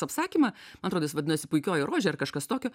apsakymą man atrodo jis vadinasi puikioji rožė ar kažkas tokio